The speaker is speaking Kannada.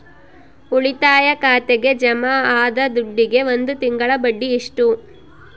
ಉಳಿತಾಯ ಖಾತೆಗೆ ಜಮಾ ಆದ ದುಡ್ಡಿಗೆ ಒಂದು ತಿಂಗಳ ಬಡ್ಡಿ ಎಷ್ಟು?